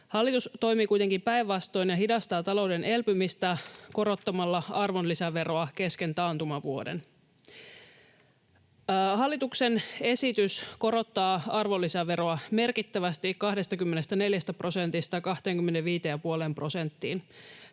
Hallitus toimii kuitenkin päinvastoin ja hidastaa talouden elpymistä korottamalla arvonlisäveroa kesken taantumavuoden. Hallituksen esitys korottaa arvonlisäveroa merkittävästi 24 prosentista 25,5 prosenttiin.